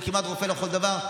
והוא כמעט רופא לכל דבר.